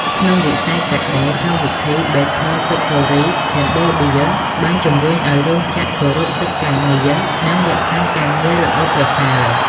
ក្នុងវិស័យកាត់ដេរ កម្មវិធី Better Factories Cambodia បានជួយជំរុញឱ្យរោងចក្រគោរពសិទ្ធិការងារ និងលក្ខខណ្ឌការងារល្អប្រសើរ។